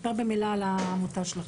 ספר במילה על העמותה שלכם.